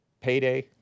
Payday